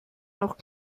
noch